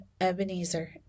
Ebenezer